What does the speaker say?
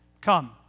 come